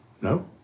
No